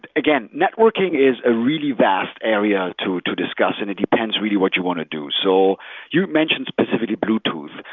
again, networking is a really vast area to to discuss and it depends really what you want to do. so you mentioned specifically bluetooth.